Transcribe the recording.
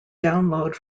download